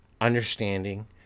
understanding